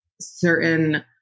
certain